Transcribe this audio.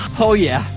oh yeah,